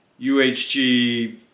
UHG